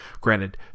Granted